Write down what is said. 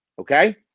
okay